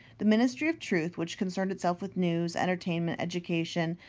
the ministry of truth, which concerned itself with news, entertainment, education,